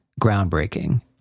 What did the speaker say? groundbreaking